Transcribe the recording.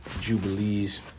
Jubilee's